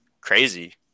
crazy